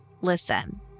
listen